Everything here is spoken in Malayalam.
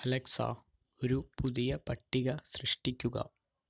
അലക്സാ ഒരു പുതിയ പട്ടിക സൃഷ്ടിക്കുക